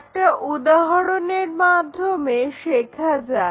একটা উদাহরণের মাধ্যমে শেখা যাক